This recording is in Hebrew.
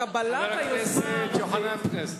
לא יעזור לך.